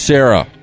Sarah